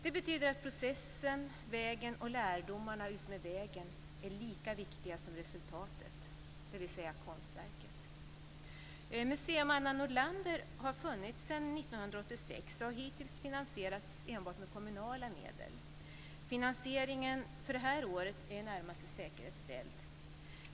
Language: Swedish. Det betyder att processen, vägen och lärdomarna utmed vägen är lika viktiga som resultatet, dvs. Museum Anna Nordlander har funnits sedan 1986 och hittills finansierats enbart med kommunala medel. Finansieringen för det här året är i det närmaste säkerställd.